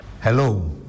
Hello